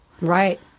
right